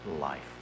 life